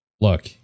Look